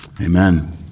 Amen